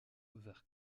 vers